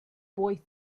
boy